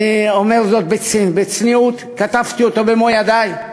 אני אומר זאת בצניעות, כתבתי אותו במו ידי.